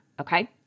okay